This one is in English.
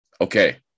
okay